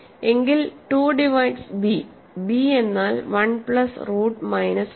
എങ്കിൽ 2 divides b b എന്നാൽ one plus root minus 5